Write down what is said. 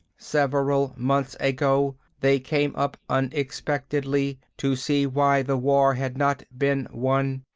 several months ago, they came up unexpectedly to see why the war had not been won.